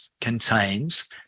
contains